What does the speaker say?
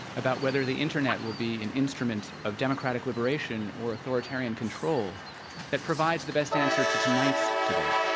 about whether the internet will be an instrument of democratic liberation or authoritarian control that provides the best answer to tonight's debate.